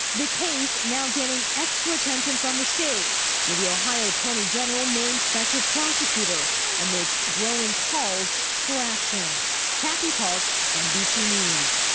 the case now getting extra attention from the state with the ohio attorney general named special prosecutor amid so growing calls for action kathy park, nbc news